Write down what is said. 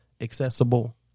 accessible